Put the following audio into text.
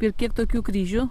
ir kiek tokių kryžių